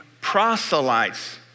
proselytes